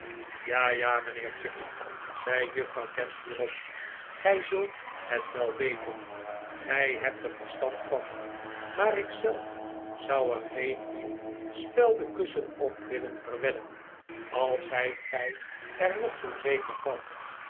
ja ja mijnheer chuffey zei juffrouw gamp hierop gij zult het wel weten gij hebt er verstand van maar ik zelf zou er geen nieuw speldenkussen op willen verwedden al zijt gij er nog zoo zeker van